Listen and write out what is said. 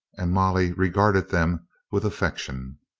and molly re garded them with affection.